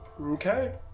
Okay